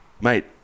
mate